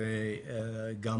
וגם